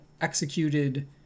executed